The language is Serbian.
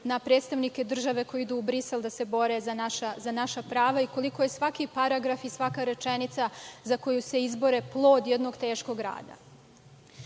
na predstavnike države koji idu u Brisel da se bore za naša prava i koliko je svaki paragraf i svaka rečenica za koju se izbor plod jednog teškog rada. Ako